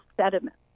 sediment